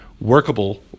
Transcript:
workable